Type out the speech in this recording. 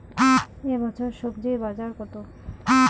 এ বছর স্বজি বাজার কত?